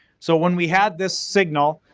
so, when we had this signal,